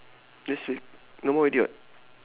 this week no more already [what]